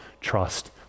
trust